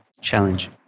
Challenge